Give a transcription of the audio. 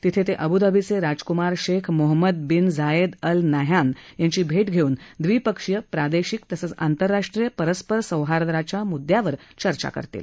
तिथे ते अब्धाबीचे राजक्मार Sheikh Mohammed bin Zayed Al Nahyan यांची भेट घेऊन द्विपक्षीय प्रादेशिक तसंच आंतरराष्ट्रीय परस्पर सौहार्दाच्या मुदद्यावर चर्चा करतील